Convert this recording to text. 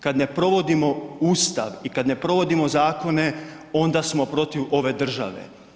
Kad ne provodimo Ustav i kad ne provodimo zakone, onda smo protiv ove države.